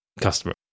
customer